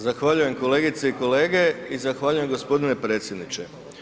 Zahvaljujem kolegice i kolege i zahvaljujem gospodine predsjedniče.